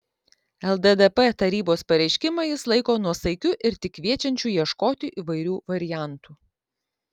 lddp tarybos pareiškimą jis laiko nuosaikiu ir tik kviečiančiu ieškoti įvairių variantų